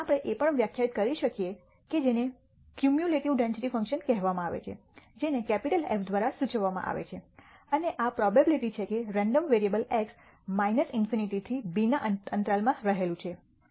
આપણે એ પણ વ્યાખ્યાયિત કરી શકીએ કે જેને ક્યુમ્યુલેટિવ ડેન્સિટી ફંક્શન કહેવામાં આવે છે જેને કેપિટલ F દ્વારા સૂચવવામાં આવે છે અને આ પ્રોબેબીલીટી છે કે રેન્ડમ વેરિયેબલ x ∞ થી b ના અંતરાલમાં રહેલું છે